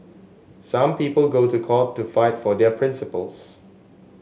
some people go to court to fight for their principles